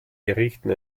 gerichten